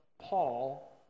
Paul